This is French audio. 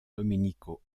domenico